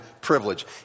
privilege